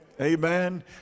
Amen